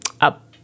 up